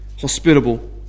hospitable